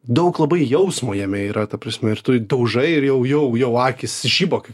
daug labai jausmo jame yra ta prasme ir tu daužai ir jau jau jau akys žiba kai